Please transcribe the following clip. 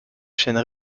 chaîne